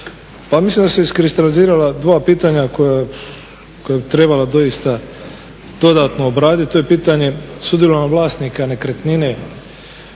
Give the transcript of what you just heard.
Pa mislim da su se iskristalizirala dva pitanja koja bi trebala doista dodatno obraditi, to je pitanje s udjelom vlasnika nekretnine